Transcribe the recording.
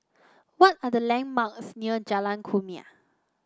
what are the landmarks near Jalan Kumia